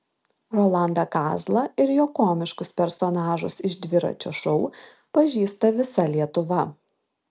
rolandą kazlą ir jo komiškus personažus iš dviračio šou pažįsta visa lietuva